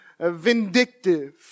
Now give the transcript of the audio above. vindictive